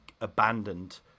abandoned